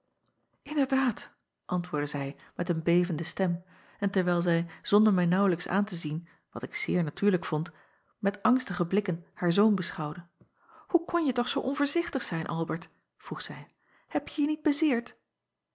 nderdaad antwoordde zij met een bevende stem en terwijl zij zonder mij naauwlijks aan te zien wat ik zeer natuurlijk vond met angstige blikken haar zoon beschouwde hoe konje toch zoo onvoorzichtig zijn lbert vroeg zij hebje je niet